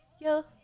yo